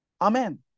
Amen